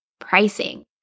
pricing